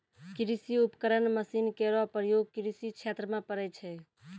कृषि उपकरण मसीन केरो प्रयोग कृषि क्षेत्र म पड़ै छै